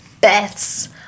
Beth's